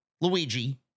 Luigi